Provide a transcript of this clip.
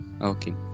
Okay